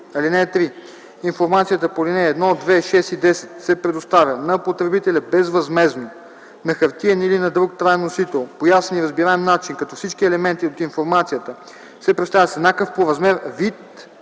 № 3. (3) Информацията по ал. 1, 2, 6 и 10 се предоставя на потребителя безвъзмездно на хартиен или на друг краен носител по ясен и разбираем начин, като всички елементи от информацията се представят с еднакъв по размер, вид